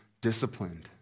disciplined